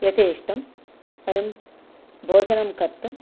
यथेष्टं वयं भोजनं कर्तुं